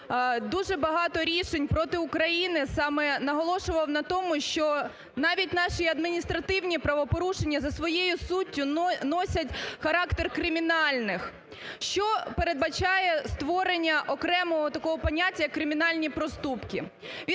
дуже багато рішень проти України саме наголошував на тому, що навіть наші адміністративні правопорушення за своєю суттю носять характер кримінальних. Що передбачає створення окремого такого поняття як кримінальні проступки?